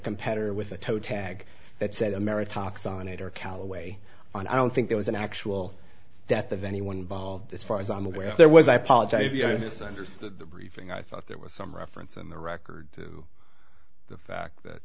competitor with a toe tag that said america talks on it or callaway and i don't think there was an actual death of anyone involved as far as i'm aware there was i apologize yes i understood the briefing i thought there was some reference in the record to the fact that